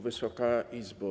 Wysoka Izbo!